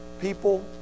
people